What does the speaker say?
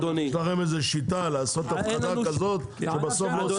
אדוני --- יש לכם איזה שיטה לעשות הפחדה כזאת שבסוף לא עושים כלום.